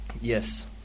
Yes